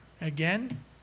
again